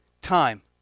time